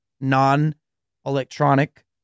non-electronic